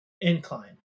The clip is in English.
incline